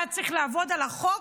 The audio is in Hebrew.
היה צריך לעבוד על החוק,